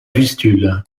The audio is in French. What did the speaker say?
vistule